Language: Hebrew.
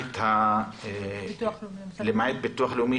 למעט הביטוח לאומי,